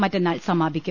മറ്റന്നാൾ സമാപിക്കും